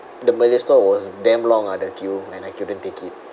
the malay store was damn long ah the queue and I couldn't take it